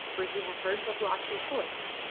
where he had heard babalatchi's voice,